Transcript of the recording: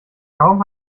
kaum